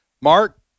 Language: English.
Mark